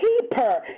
keeper